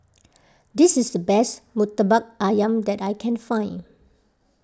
this is the best Murtabak Ayam that I can find